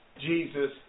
Jesus